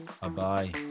Bye-bye